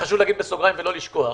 רק חשוב להגיד בסוגריים ולא לשכוח,